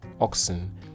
oxen